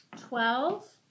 Twelve